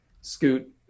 Scoot